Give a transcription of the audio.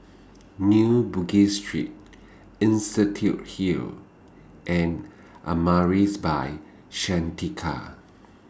New Bugis Street Institute Hill and Amaris By Santika